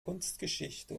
kunstgeschichte